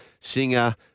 singer